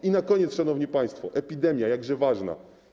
I na koniec, szanowni państwo: epidemia, jakże ważna.